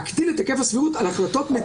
חושב שברגע שהמפעיל את הסמכות הוא לא השר